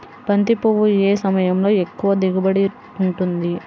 బంతి పువ్వు ఏ సమయంలో ఎక్కువ దిగుబడి ఉంటుంది?